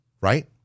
Right